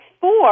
four